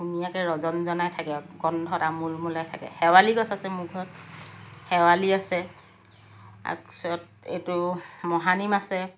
ধুনীয়াকৈ ৰজনজনাই থাকে গোন্ধত আমোলমোলাই থাকে শেৱালি গছ আছে মোৰ ঘৰত শেৱালি আছে তাৰপিছত এইটো মহানিম আছে